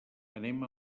anem